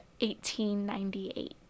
1898